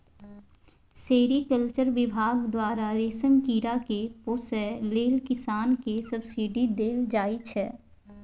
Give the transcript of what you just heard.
sericulture बिभाग द्वारा रेशम कीरा केँ पोसय लेल किसान केँ सब्सिडी देल जाइ छै